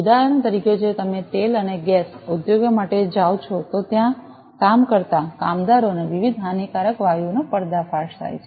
ઉદાહરણ તરીકે જો તમે તેલ અને ગેસ ઉદ્યોગ માટે જાઓ છો તો ત્યાં કામ કરતા કામદારોને વિવિધ હાનિકારક વાયુઓનો પર્દાફાશ થાય છે